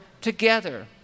together